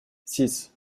six